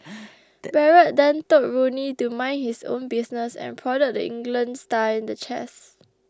Barrett then told Rooney to mind his own business and prodded the England star in the chest